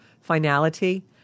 finality